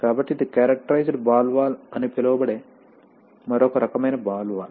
కాబట్టి ఇది characterized ball valve అని పిలువబడే మరొక రకమైన బాల్ వాల్వ్